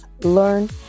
learn